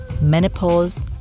menopause